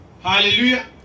Hallelujah